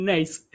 Nice